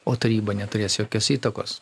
o taryba neturės jokios įtakos